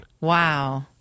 Wow